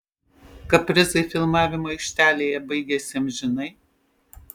kaprizai filmavimo aikštelėje baigėsi amžinai